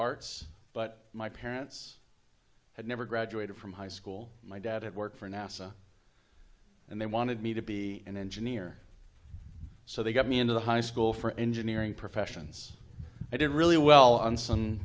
arts but my parents had never graduated from high school my dad had worked for nasa and they wanted me to be an engineer so they got me into the high school for engineering professions i did really well on some